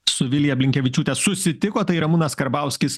su vilija blinkevičiūte susitiko tai ramūnas karbauskis